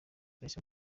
polisi